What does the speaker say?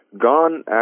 Gone